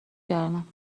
کردم